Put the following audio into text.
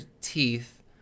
teeth